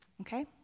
okay